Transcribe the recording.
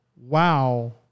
wow